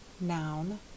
noun